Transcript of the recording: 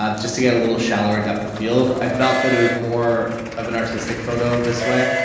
um just to get a little shallower depth. the field, i felt that it was more of an artistic photo this way,